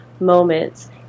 moments